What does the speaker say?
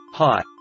Hi